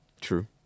True